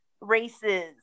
races